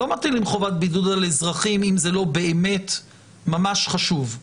לא מטילים חובת בידוד על אזרחים אם זה לא באמת ממש חשוב,